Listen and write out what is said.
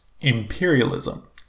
imperialism